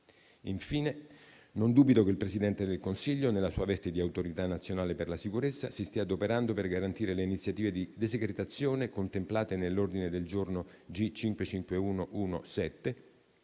Infine, non dubito che il Presidente del Consiglio, nella sua veste di Autorità nazionale per la sicurezza, si stia adoperando per garantire le iniziative di desecretazione contemplate nell'ordine del giorno G/551/1/7,